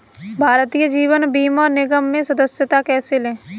भारतीय जीवन बीमा निगम में सदस्यता कैसे लें?